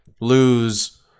lose